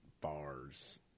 bars